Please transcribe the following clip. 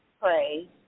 pray